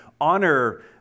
honor